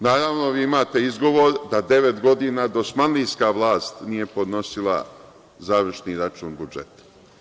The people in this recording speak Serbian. Naravno, vi imate izgovor da devet godina dosmanlijska vlast nije podnosila završni račun budžeta.